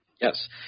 Yes